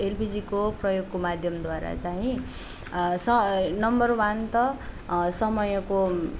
एलपिजीको प्रयोगको माध्यमद्वारा चाहिँ स नम्बर वान त समयको